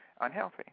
unhealthy